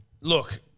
look